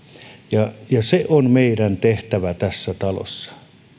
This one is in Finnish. ja se on meidän tehtävämme tässä talossa